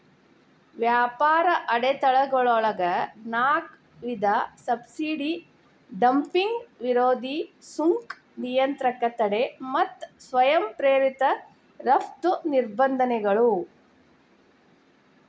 ವ್ಯಾಪಾರ ಅಡೆತಡೆಗಳೊಳಗ ನಾಕ್ ವಿಧ ಸಬ್ಸಿಡಿ ಡಂಪಿಂಗ್ ವಿರೋಧಿ ಸುಂಕ ನಿಯಂತ್ರಕ ತಡೆ ಮತ್ತ ಸ್ವಯಂ ಪ್ರೇರಿತ ರಫ್ತು ನಿರ್ಬಂಧಗಳು